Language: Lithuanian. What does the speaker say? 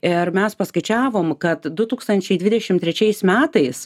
ir mes paskaičiavom kad du dūkstančiai dvidešim trečiais metais